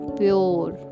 pure